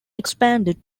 expanded